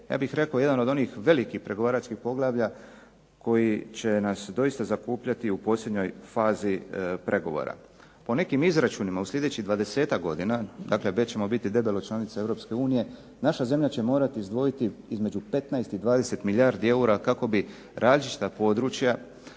ja bih rekao, jedan od onih velikih pregovaračkih poglavlja koji će nas doista zaokupljati u posljednjoj fazi pregovora. Po nekim izračunima u sljedećih 20-ak godina, dakle već ćemo biti debelo članica EU, naša zemlja će morati izdvojiti između 15 i 20 milijardi eura kako bi različita područja